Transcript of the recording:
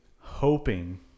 hoping